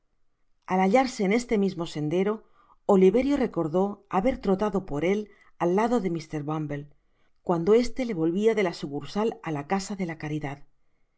al hallarse en este mismo sendero oliverio recordó haber trotado por el al lado de mr bumble cuando este le volvia de la sucursal á la casa de caridad este